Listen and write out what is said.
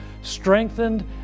strengthened